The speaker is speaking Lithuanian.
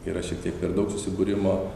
yra šiek tiek per daug susibūrimo